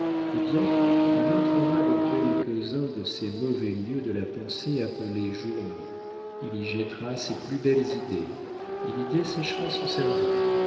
eh bien il entrera dans quelques-uns de ces mauvais lieux de la pensée appelés journaux il y jettera ses plus belles idées il y desséchera son cerveau